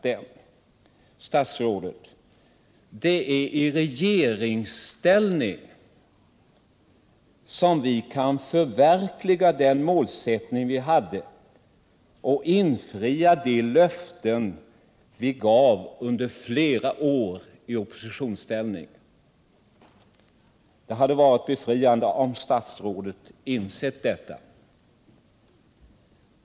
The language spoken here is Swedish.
Det är, statsrådet Troedsson, i regeringsställning som vi kan förverkliga den målsättning vi hade och infria de löften vi gav under flera år i oppositionsställning. Det hade varit befriande om statsrådet insett detta.